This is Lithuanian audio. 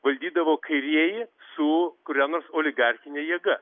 valdydavo kairieji su kuria nors oligarchine jėga